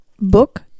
book